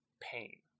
pain